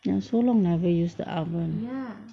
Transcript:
ya so long never use the oven ya